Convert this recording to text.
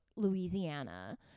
Louisiana